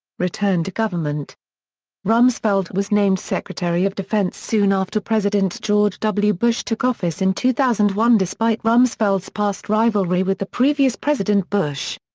return to government rumsfeld was named secretary of defense soon after president george w. bush took office in two thousand and one despite rumsfeld's past rivalry with the previous president bush.